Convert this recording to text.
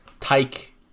take